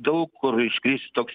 daug kur iškris toks